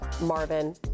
Marvin